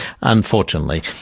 unfortunately